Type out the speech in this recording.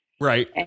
Right